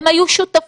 הם היו שותפים.